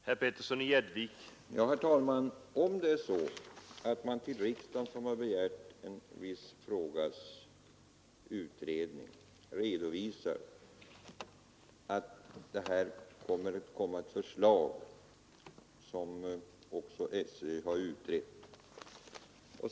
Herr talman! Riksdagen, som begärt frågans utredning, har fått redovisningen att SÖ har utrett frågan och att det skall framläggas ett förslag.